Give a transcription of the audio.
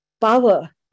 power